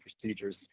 procedures